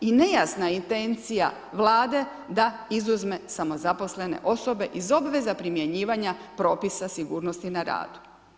I nejasna je intencija Vlade da izuzme samozaposlene osobe iz obveze primjenjivanja propisa sigurnosti na radu.